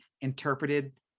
interpreted